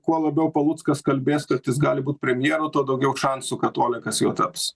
kuo labiau paluckas kalbės kad jis gali būt premjeru tuo daugiau šansų kad olekas juo taps